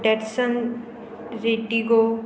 Datsun Redigo